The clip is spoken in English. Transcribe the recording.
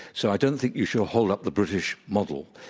so i don't think you should hold up the british model.